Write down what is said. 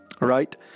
right